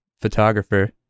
Photographer